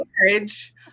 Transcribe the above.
marriage